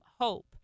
hope